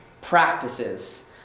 practices